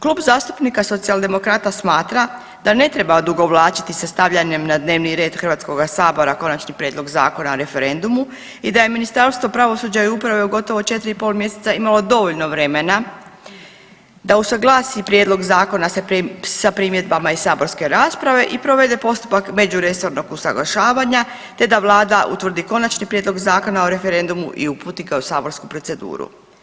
Klub zastupnika Socijaldemokrata smatra da ne treba odugovlačiti sa stavljanjem na dnevni red Hrvatskoga sabora Konačni prijedlog Zakona o referenduma i da je Ministarstvo pravosuđa i uprave u gotovo 4,5 mjeseca imalo dovoljno vremena da usaglasi prijedlog zakona sa primjedbama iz saborske rasprave i provede postupak međuresornog usavršavanja te da vlada utvrdi Konačni prijedlog Zakona o referendumu i uputi ga u saborsku proceduru.